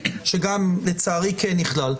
שלצערי כן נכלל,